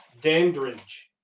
Dandridge